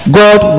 god